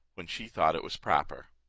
when she thought it was proper.